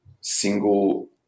single